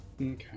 Okay